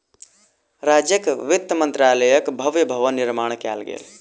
राज्यक वित्त मंत्रालयक भव्य भवन निर्माण कयल गेल